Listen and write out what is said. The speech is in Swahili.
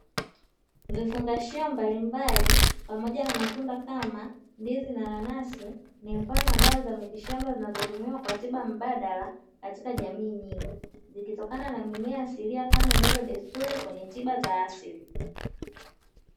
Vifungashio mbalimbali pamoja na matunda kama; ndizi na nanasi, ni mfano wa dawa za mitishamba zinazotumiwa kama tiba mbadala katika jamii nyingi, zikitokana na mimea asilia kama ilivyo desturi kwenye tiba za asili.